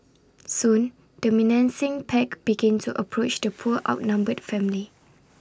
soon the menacing pack began to approach the poor outnumbered family